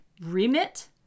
remit